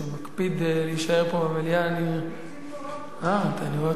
שמקפיד להישאר פה במליאה, אני קצין תורן פה.